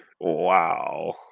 Wow